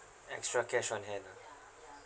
extra cash on hand ah